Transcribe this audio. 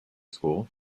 school